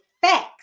facts